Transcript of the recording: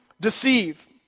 deceive